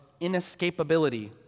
inescapability